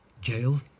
jail